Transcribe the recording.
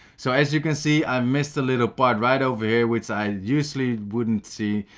so as you can see i missed a little part right over here which i usually wouldn't see,